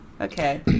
Okay